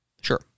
Sure